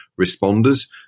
responders